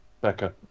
Becca